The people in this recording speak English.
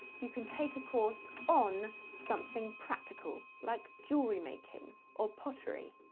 you can take a course on something practical like jewellery making or pottery.